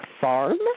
Farm